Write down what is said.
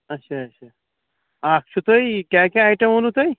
اَچھا اَچھا اَکھ چھُو تُہۍ کیٛاہ کیٛاہ اَیٹَم ووٚنوٕ تۅہہِ